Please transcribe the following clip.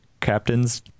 captain's